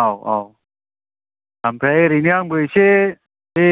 औ औ ओमफ्राय ओरैनो आंबो एसे बे